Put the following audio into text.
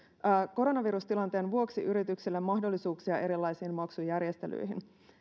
koronavirustilanteen vuoksi yritykselle mahdollisuuksia erilaisiin maksujärjestelyihin